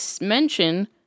mention